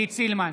עידית סילמן,